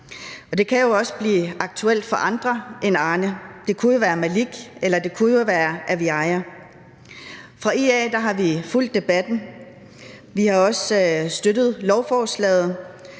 det kan jo også blive aktuelt for andre end Arne – det kunne jo være Malik, eller det kunne være Aviaja. Fra IA's side har vi fulgt debatten. Vi har også støttet lovforslaget,